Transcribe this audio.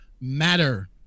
matter